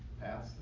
pass